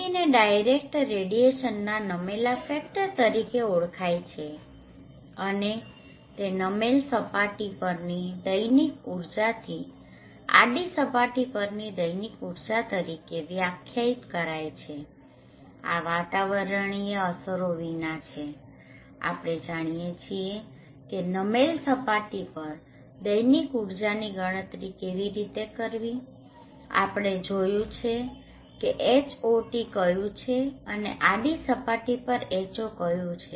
RDને direct રેડીયેશનના નમેલા factor તરીકે ઓળખવામાં આવે છે અને તે નમેલ સપાટી પરની દૈનિક ઉર્જાથી આડી સપાટી પરની દૈનિક ઊર્જા તરીકે વ્યાખ્યાયિત કરવામાં આવે છે આ વાતાવરણીય અસરો વિના છે આપણે જાણીએ છીએ કે નમેલ સપાટી પર દૈનિક ઊર્જાની ગણતરી કેવી રીતે કરવી આપણે જોયું છે કે Hot કયુ છે અને આડી સપાટી પર H0 કયુ છે